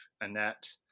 Annette